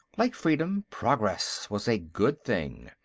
like freedom, progress was a good thing,